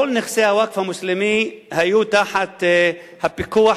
כל נכסי הווקף המוסלמי היו תחת הפיקוח